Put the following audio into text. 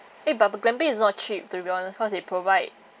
eh but glamping is not cheap to be honest cause they provide